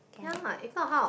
ya if not how